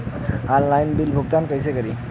Online bill क भुगतान कईसे करी?